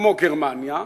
כמו גרמניה,